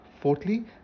Fourthly